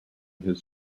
his